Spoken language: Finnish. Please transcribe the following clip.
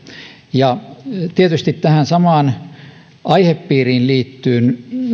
ja tietysti tähän samaan aihepiiriin liittyvät